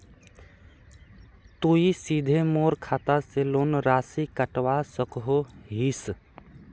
तुई सीधे मोर खाता से लोन राशि कटवा सकोहो हिस?